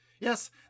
Yes